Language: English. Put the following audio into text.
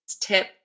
tip